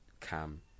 Cam